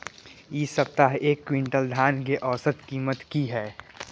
इ सप्ताह एक क्विंटल धान के औसत कीमत की हय?